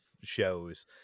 shows